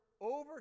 over